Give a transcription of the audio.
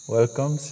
Welcome